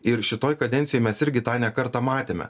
ir šitoj kadencijoj mes irgi tai ne kartą matėme